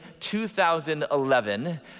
2011